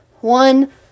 one